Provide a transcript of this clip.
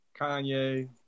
Kanye